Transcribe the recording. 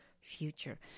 future